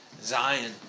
Zion